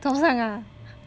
早上 ah